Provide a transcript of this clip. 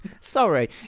Sorry